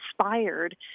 inspired